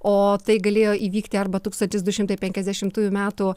o tai galėjo įvykti arba tūkstantis du šimtai penkiasdešimtųjų metų